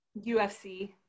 UFC